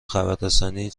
خبررسانی